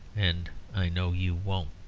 and i know you won't.